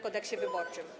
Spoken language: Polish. Kodeksie wyborczym?